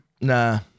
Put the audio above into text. Nah